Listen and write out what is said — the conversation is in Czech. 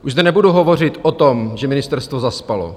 Už zde nebudu hovořit o tom, že ministerstvo zaspalo.